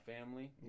family